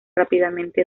rápidamente